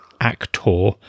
Actor